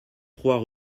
trois